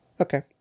Okay